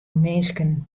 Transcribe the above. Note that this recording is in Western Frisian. minsken